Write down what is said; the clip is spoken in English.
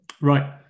right